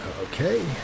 Okay